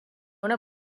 una